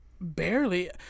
Barely